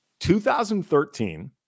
2013